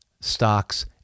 stocks